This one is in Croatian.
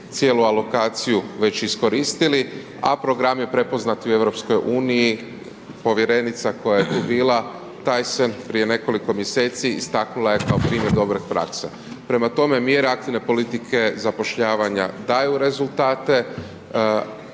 cijelu alokaciju već iskoristili, a program je prepoznat u EU, povjerenica koja je tu bila Tajsen prije nekoliko istaknula je kao primjer dobre prakse. Prema tome, mjere aktivne politike zapošljavanja daju rezultate,